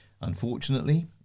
Unfortunately